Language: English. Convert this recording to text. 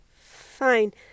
fine